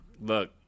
Look